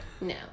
No